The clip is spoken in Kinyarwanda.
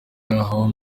y’aho